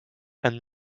and